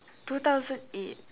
two thousand eight